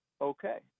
Okay